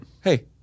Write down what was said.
hey